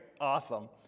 Awesome